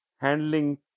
handling